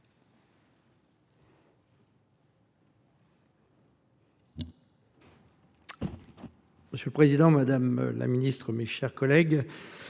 Monsieur le président, madame la ministre, mes chers collègues,